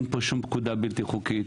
אין פה שום פקודה בלתי חוקית.